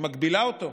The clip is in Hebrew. היא מגבילה אותו.